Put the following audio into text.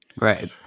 right